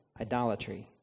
idolatry